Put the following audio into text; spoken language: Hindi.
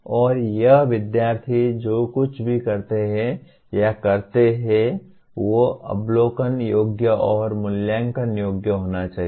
और जब विध्यार्थी जो कुछ भी करते हैं या करते हैं वे अवलोकन योग्य और मूल्यांकन योग्य होना चाहिए